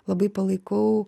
labai palaikau